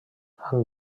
amb